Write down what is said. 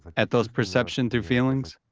at those perceptions through feelings,